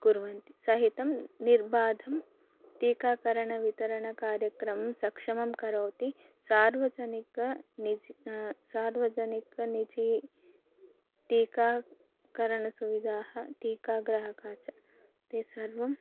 कुर्वन्ति सहितं निर्बाधं टीकाकरणवितरणकार्यक्रम् सक्षमं करोति सार्वजनिकं निजं सार्वजनिकं निजटीकाकरणसुविधाः टीकाग्राहकाः च ते सर्वं